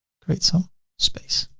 create some space.